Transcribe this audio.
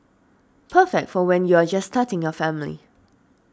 perfect for when you're just starting a family